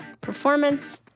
Performance